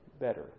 better